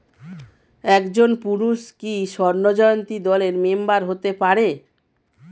একজন পুরুষ কি স্বর্ণ জয়ন্তী দলের মেম্বার হতে পারে?